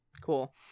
cool